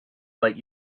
let